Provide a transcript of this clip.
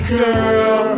girl